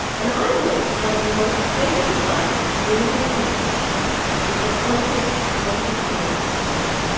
and i believe one of the most effective devices to build your toolkit is the concept of positive human collisions.